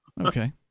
okay